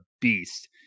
beast